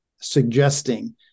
suggesting